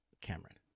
Cameron